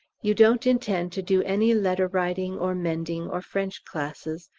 you don't intend to do any letter-writing or mending or french classes,